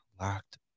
Locked